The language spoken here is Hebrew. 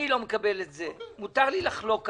אני לא מקבל את זה, מותר לי לחלוק עליה,